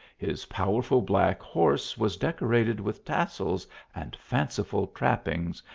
his powerful black horse was decorated with tassels and fanciful trappings,